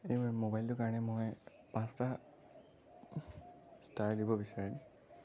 ম'বাইলটোৰ কাৰণে মই পাঁচটা ষ্টাৰ দিব বিচাৰিম